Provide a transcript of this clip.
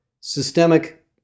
systemic